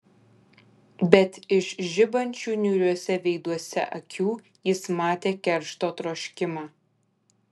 bet iš žibančių niūriuose veiduose akių jis matė keršto troškimą